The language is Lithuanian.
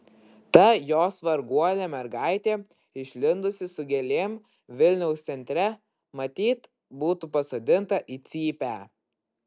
ta jos varguolė mergaitė išlindusi su gėlėm vilniaus centre matyt būtų pasodinta į cypę